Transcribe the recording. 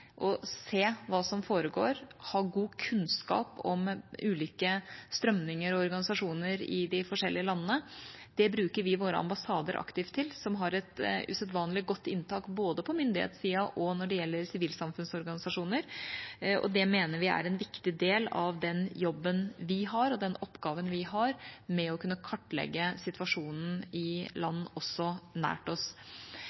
og se hva som foregår, ha god kunnskap om ulike strømninger og organisasjoner i de forskjellige landene. Det bruker vi våre ambassader aktivt til, som har et usedvanlig godt inntak både på myndighetssiden og når det gjelder sivilsamfunnsorganisasjoner. Det mener vi er en viktig del av den jobben vi har, og den oppgaven vi har med å kartlegge situasjonen også i